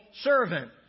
servant